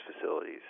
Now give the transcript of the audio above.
facilities